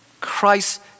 Christ